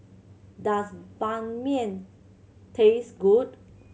does Banh Mian taste good